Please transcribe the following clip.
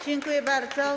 Dziękuję bardzo.